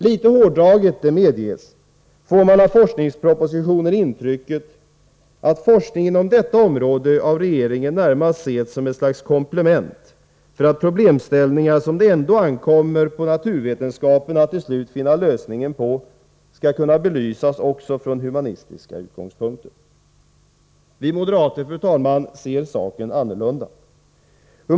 Av forskningspropositionen får man intrycket av att — det är litet hårdraget, det medges — forskning inom detta område av regeringen närmast ses som ett slags komplement för att problemställningar som det ändå ankommer på naturvetenskaperna att till slut finna lösningen på, skall kunna belysas också från humanistiska utgångspunkter. Fru talman! Vi moderater ser annorlunda på detta.